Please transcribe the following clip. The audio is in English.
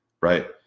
Right